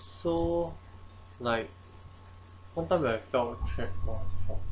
so like one time when I felt trapped ah